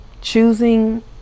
Choosing